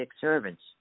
servants